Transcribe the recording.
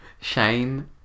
Shane